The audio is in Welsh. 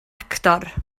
actor